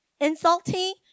insulting